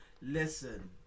listen